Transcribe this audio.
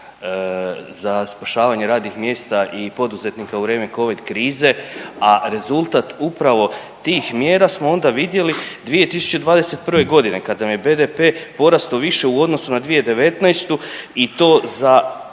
za spašavanje radnih mjesta i poduzetnika u vrijeme covid krize, a rezultat upravo tih mjera smo onda vidjeli 2021.g. kad nam je BDP porasto više u odnosu na 2019. i to za